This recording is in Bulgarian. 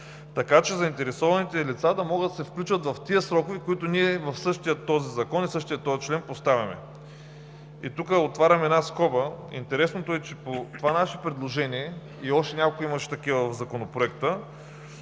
така че заинтересованите лица да могат да се включват в тези срокове, които ние в същия този закон и в същия този член поставяме. И тук отварям една скоба. Интересното е, че по това наше предложение и по още няколко в Законопроекта